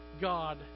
God